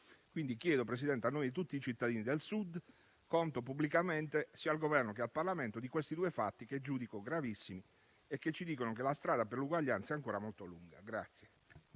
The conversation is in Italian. Signor Presidente, a nome di tutti i cittadini del Sud, chiedo quindi conto pubblicamente, sia al Governo, sia al Parlamento, di questi due fatti, che giudico gravissimi e che ci dicono che la strada per l'uguaglianza è ancora molto lunga. **Atti